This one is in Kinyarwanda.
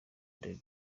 the